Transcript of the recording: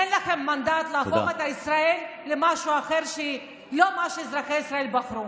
אין לכם מנדט להפוך את ישראל למשהו אחר שהיא לא מה שאזרחי ישראל בחרו.